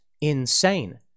insane